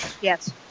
Yes